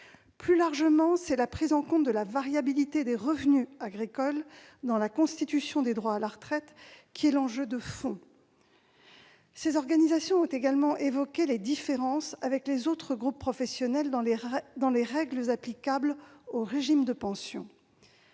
plus largement, c'est la prise en compte de la variabilité des revenus agricoles dans la constitution des droits à la retraite qui est l'enjeu de fond. Ces organisations ont également évoqué les différences avec les autres groupes professionnels dans les règles applicables au régime de pensions.